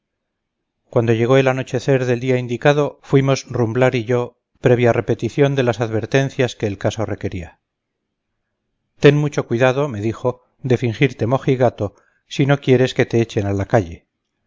cuando llegó el anochecer del día indicado fuimos rumblar y yo previa repetición de las advertencias que el caso requería ten mucho cuidado me dijo de fingirte mojigato si no quieres que te echen a la calle